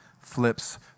Flips